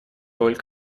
роль